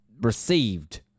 received